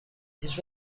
هیچ